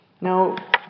Now